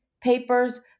papers